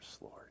Lord